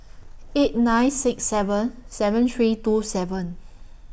eight nine six seven seven three two seven